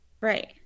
Right